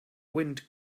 wind